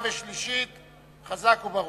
ח"י, בעד.